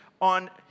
on